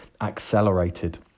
accelerated